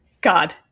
God